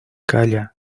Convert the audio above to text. calla